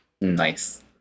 Nice